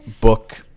book